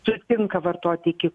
čia tinka vartoti iki